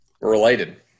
Related